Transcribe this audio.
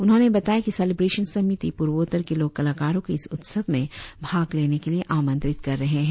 उन्होंने बताया कि सेलिब्रेसन समिति पूर्वोत्तर के लोक कलाकारों को इस उत्सव में भाग लेने के लिए आमंत्रित कर रहे है